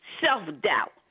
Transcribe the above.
self-doubt